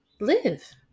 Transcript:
live